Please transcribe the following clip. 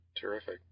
Terrific